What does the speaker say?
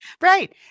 Right